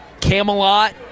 Camelot